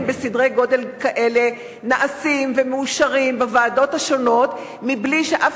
בסדרי-גודל כאלה נעשים ומאושרים בוועדות השונות בלי שאף